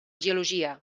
geologia